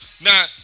Now